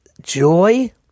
joy